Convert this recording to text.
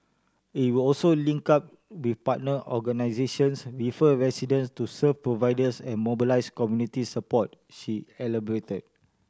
it would also link up with partner organisations refer residents to service providers and mobilise community support she elaborated